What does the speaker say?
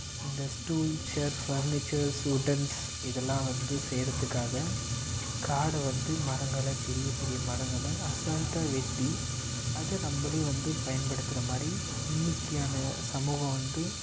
இந்த stool chair furnitures woodens இதெல்லாம் வந்து செய்கிறதுக்காக காடு வந்து மரங்கள் பெரிய பெரிய மரங்கள் அசால்ட்டாக வெட்டி அதை நம்மளே வந்து பயன்படுத்துகிற மாதிரி இன்றைக்கான சமூகம் வந்து